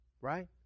Right